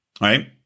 right